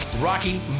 Rocky